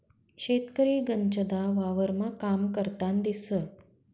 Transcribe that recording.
शेतकरी गनचदा वावरमा काम करतान दिसंस